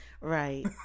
Right